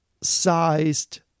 sized